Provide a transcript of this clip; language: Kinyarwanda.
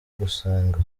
gusenga